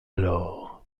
alors